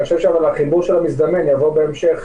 אבל אני חושב שעל החיבור של המזדמן נעבור בהמשך,